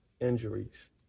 injuries